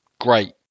Great